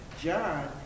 John